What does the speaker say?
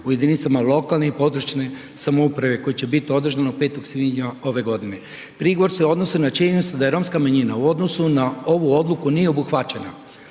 u jedinicama lokalne i područne samouprave koje će bit održano 5. svibnja ove godine. Prigovor se odnosi na činjenicu da je romska manjina u odnosu na ovu odluku nije obuhvaćena,